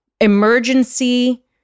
emergency